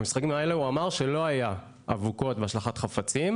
במשחקים האלה הוא אמר שלא היה אבוקות והשלכת חפצים,